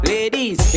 Ladies